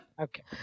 okay